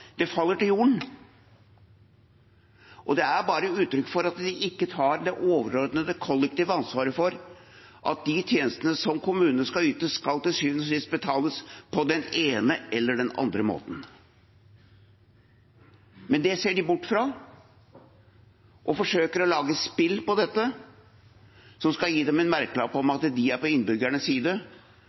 faller til jorden, og det er bare et uttrykk for at de ikke tar det overordnede kollektive ansvaret for at de tjenestene som kommunene skal yte, til syvende og sist skal betales – på den ene eller den andre måten. Men det ser de bort fra og forsøker å lage et spill av dette som skal gi dem en merkelapp om at de er på innbyggernes side.